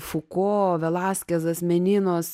fuko velaskezas meninos